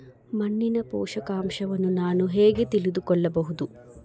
ಮಣ್ಣಿನ ಪೋಷಕಾಂಶವನ್ನು ನಾನು ಹೇಗೆ ತಿಳಿದುಕೊಳ್ಳಬಹುದು?